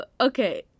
okay